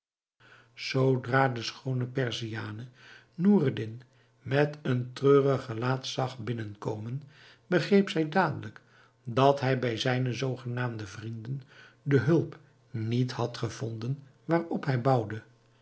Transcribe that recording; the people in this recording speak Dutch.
zoodra de schoone perziane noureddin met een treurig gelaat zag binnen komen begreep zij dadelijk dat hij bij zijne zoogenaamde vrienden de hulp niet had gevonden waarop hij bouwde